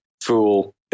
fool